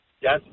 Yes